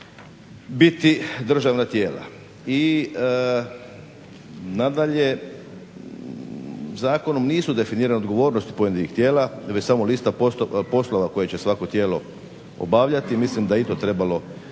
biti državna tijela. I nadalje, zakonom nisu definirane odgovornosti pojedinih tijela jer je samo lista poslova koje će svako tijelo obavljati, mislim da je i to trebalo jasnije